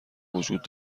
وجود